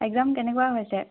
exam কেনেকুৱা হৈছে